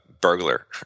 burglar